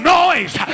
noise